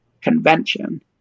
convention